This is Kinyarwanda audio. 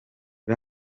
top